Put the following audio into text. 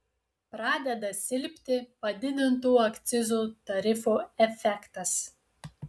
pradeda silpti padidintų akcizų tarifų efektas